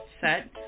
set